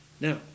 Now